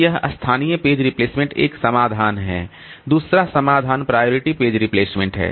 तो यह स्थानीय पेज रिप्लेसमेंट एक समाधान है दूसरा समाधान प्रायरिटी पेज रिप्लेसमेंट है